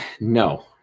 No